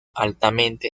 altamente